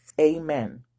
Amen